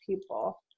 people